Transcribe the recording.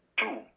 two